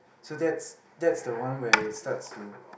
so that's that's the one where it starts to